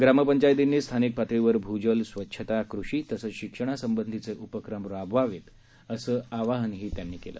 ग्रामपंचायतींनी स्थानिक पातळीवर भू जल स्वच्छता कृषी तसंच शिक्षणासंबंधीचे उपक्रम राबवावेत असं आवाहनही त्यांनी केल